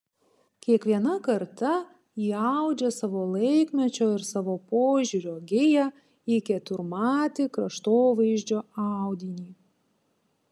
kiekviena karta įaudžia savo laikmečio ir savo požiūrio giją į keturmatį kraštovaizdžio audinį